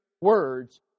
words